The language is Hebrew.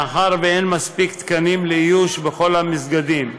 מאחר שאין מספיק תקנים לאיוש בכל המסגדים.